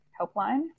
helpline